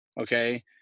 Okay